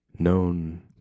Known